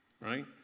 right